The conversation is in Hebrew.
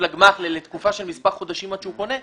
לגמ"ח לתקופה של מספר חודשים עד שהוא קונה דירה,